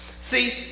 See